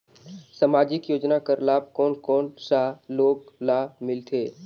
समाजिक योजना कर लाभ कोन कोन सा लोग ला मिलथे?